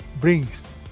brings